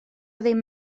ddim